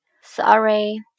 Sorry